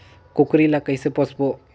कूकरी ला कइसे पोसबो?